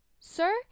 Sir